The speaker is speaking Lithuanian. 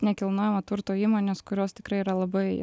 nekilnojamo turto įmonės kurios tikrai yra labai